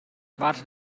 wartet